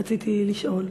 רציתי לשאול: